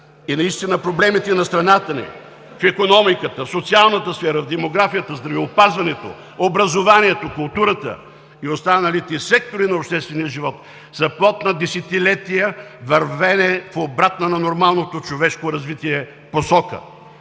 И наистина проблемите на страната ни в икономиката, в социалната сфера, в демографията, в здравеопазването, образованието, културата и останалите сектори на обществения живот са плод на десетилетия вървене в обратна на нормалното човешко развитие посока.